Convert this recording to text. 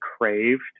craved